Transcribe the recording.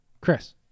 Chris